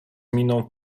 miną